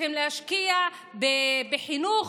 צריכים להשקיע בחינוך,